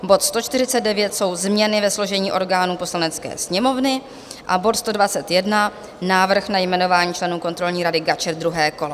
Bod 149 jsou změny ve složení orgánů Poslanecké sněmovny a bod 121 návrh na jmenování členů Kontrolní rady GAČR, druhé kolo.